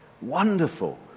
Wonderful